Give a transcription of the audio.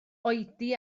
oedi